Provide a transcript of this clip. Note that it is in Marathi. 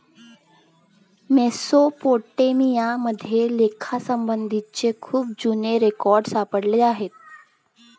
मेसोपोटेमिया मध्ये लेखासंबंधीचे खूप जुने रेकॉर्ड सापडले आहेत